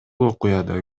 окуяда